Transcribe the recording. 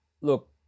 look